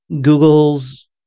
Google's